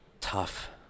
tough